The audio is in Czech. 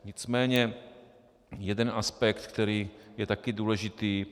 Nicméně jeden aspekt, který je taky důležitý.